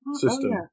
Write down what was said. system